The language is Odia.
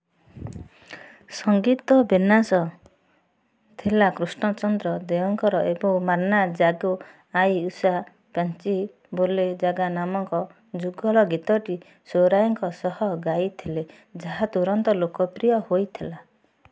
ସଙ୍ଗୀତ ବିନ୍ୟାସ ଥିଲା କୃଷ୍ଣଚନ୍ଦ୍ର ଦେଓଙ୍କର ଏବଂ ମାନ୍ନା ଜାଗୋ ଆୟି ଉଷା ପାଞ୍ଚି ବୋଲେ ଜାଗା ନାମକ ଯୁଗଳ ଗୀତଟି ସୁରାଇୟାଙ୍କ ସହ ଗାଇଥିଲେ ଯାହା ତୁରନ୍ତ ଲୋକପ୍ରିୟ ହୋଇଥିଲା